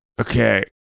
Okay